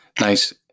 Nice